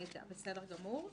נהדר, בסדר גמור.